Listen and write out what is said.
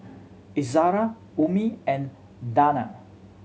Izara Ummi and Danial